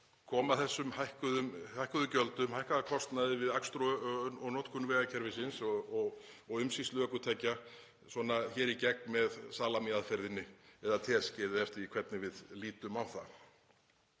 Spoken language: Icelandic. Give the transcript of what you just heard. koma þessum hækkuðu gjöldum, hækkaða kostnaði við akstur og notkun vegakerfisins og umsýslu ökutækja í gegn með salamíaðferðinni eða teskeið eftir því hvernig við lítum á það.